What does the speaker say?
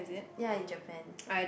ya in Japan